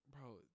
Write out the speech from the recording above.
bro